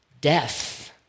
death